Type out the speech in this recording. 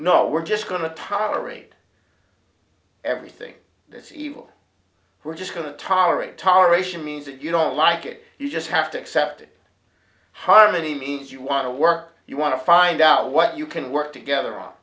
not we're just going to tolerate everything that's evil we're just going to tolerate toleration means that you don't like it you just have to accept it harmony means you want to work you want to find out what you can work together